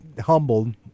humbled